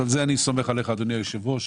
על זה אני סומך עליך אדוני היושב-ראש,